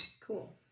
Cool